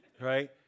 Right